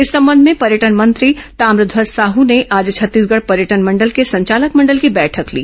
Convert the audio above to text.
इस संबंध में पर्यटन मंत्री ताम्रध्वज साहू ने आज छत्तीसगढ़ पर्यटन मण्डल के संचालक मंडल की बैठक ली